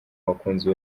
abakunzi